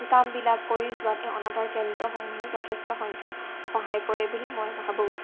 কামবিলাক কৰি যোৱাত এই অনাতাৰ কেন্দ্ৰসমূহে যথেষ্ট সংখ্যক সহায় কৰে বুলি মই ভাবোঁ